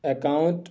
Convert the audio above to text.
account